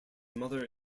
mother